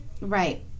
Right